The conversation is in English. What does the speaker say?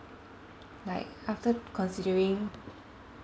like after c~ considering